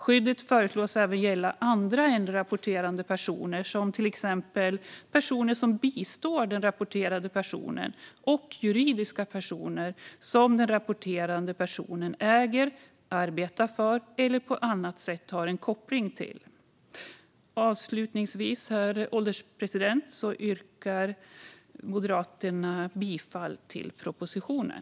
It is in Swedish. Skyddet föreslås även gälla för andra än rapporterande personer, till exempel personer som bistår den rapporterande personen och juridiska personer som den rapporterande personen äger, arbetar för eller på annat sätt har en koppling till. Avslutningsvis, herr ålderspresident, yrkar Moderaterna bifall till propositionen.